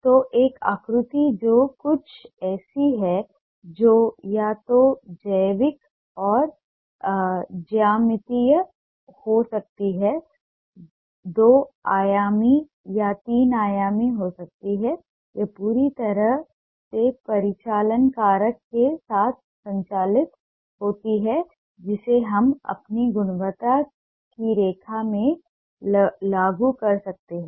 तो एक आकृति जो कुछ ऐसी है जो या तो जैविक या ज्यामितीय हो सकती है दो आयामी या तीन आयामी हो सकती है यह पूरी तरह से परिचालन कारक के साथ संचालित होती है जिसे हम अपनी गुणवत्ता की रेखा में लागू कर सकते हैं